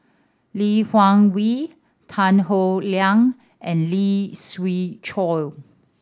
Lee Wung Yew Tan Howe Liang and Lee Siew Choh